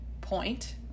point